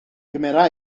gymera